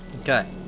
Okay